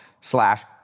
slash